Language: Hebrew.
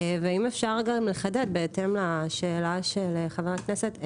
ואם אפשר לחדד בהתאם לשאלה של חבר הכנסת,